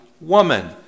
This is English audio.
woman